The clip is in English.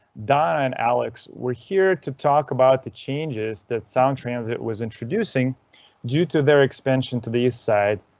donna and alex were here to talk about the changes that sound transit was introducing due to their expansion to the east side,